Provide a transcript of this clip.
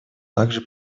также